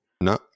No